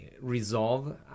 resolve